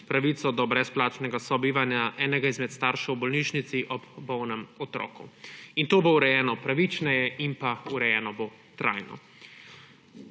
pravico do brezplačnega sobivanja enega izmed staršev v bolnišnici ob bolnem otroku. To bo urejeno pravičneje in urejeno bo trajno.